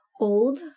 old